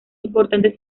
importante